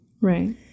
Right